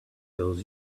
tells